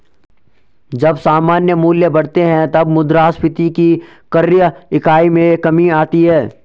जब सामान्य मूल्य बढ़ते हैं, तब मुद्रास्फीति की क्रय इकाई में कमी आती है